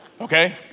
okay